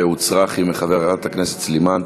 שהוצרח עם חברת הכנסת סלימאן,